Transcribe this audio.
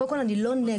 קודם כל, אני לא נגד.